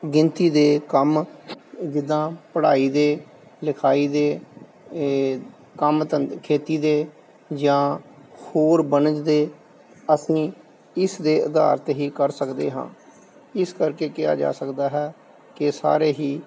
ਗਿਣਤੀ ਦੇ ਕੰਮ ਜਿੱਦਾਂ ਪੜ੍ਹਾਈ ਦੇ ਲਿਖਾਈ ਦੇ ਇਹ ਕੰਮ ਧੰਦ ਖੇਤੀ ਦੇ ਜਾਂ ਹੋਰ ਵਣਜ ਦੇ ਅਸੀਂ ਇਸ ਦੇ ਅਧਾਰ ਤੇ ਹੀ ਕਰ ਸਕਦੇ ਹਾਂ ਇਸ ਕਰਕੇ ਕਿਹਾ ਜਾ ਸਕਦਾ ਹੈ ਕਿ ਸਾਰੇ ਹੀ